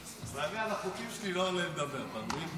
על החוקים שלי לא עולה לדבר, אתה מבין?